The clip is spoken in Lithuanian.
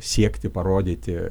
siekti parodyti